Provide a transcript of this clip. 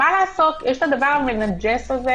מה לעשות, יש את הדבר המנג'ס הזה.